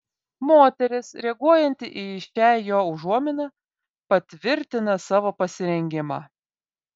moteris reaguojanti į šią jo užuominą patvirtina savo pasirengimą